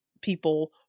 people